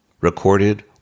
recorded